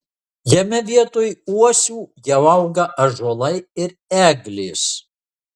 jame vietoj uosių jau auga ąžuolai ir eglės